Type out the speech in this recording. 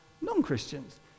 non-Christians